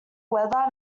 weather